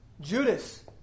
Judas